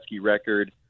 record